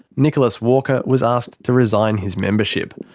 nicholas walker was asked to resign his membership.